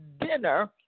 dinner